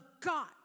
God